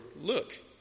look